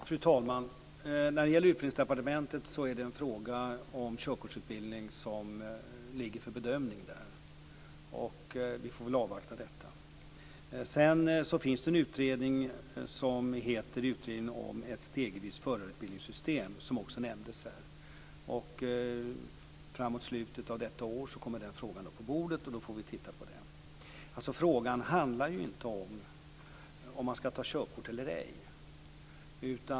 Fru talman! När det gäller Utbildningsdepartementet ligger frågan om körkortsutbildning för bedömning där. Vi får väl avvakta detta. Det finns en utredning om ett system för stegvis förarutbildning, som också nämndes här. Fram mot slutet av detta år kommer den frågan upp på bordet. Då får vi titta på den. Frågan handlar inte om huruvida man skall ta körkort eller ej.